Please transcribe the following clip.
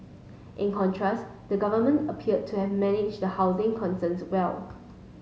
in contrast the government appeared to have managed the housing concerns well